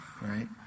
right